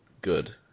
good